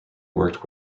worked